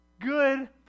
good